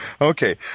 Okay